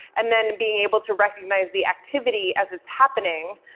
and then being able to recognize the activity as it's happening,